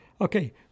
okay